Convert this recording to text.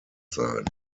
sein